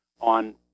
on